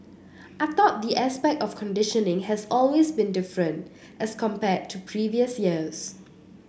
I thought the aspect of conditioning has always been different as compared to previous years